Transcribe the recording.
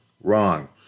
Wrong